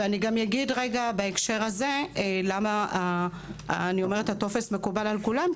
ואני גם אגיד בהקשר הזה למה אני אומרת שהטופס מקובל על כולם,